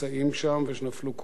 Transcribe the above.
ושנפלו קורבן לטרור,